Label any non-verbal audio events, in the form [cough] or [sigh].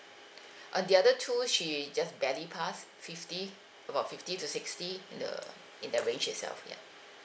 [breath] uh the other two she just barely passed fifty about fifty to sixty in the in that range itself yeah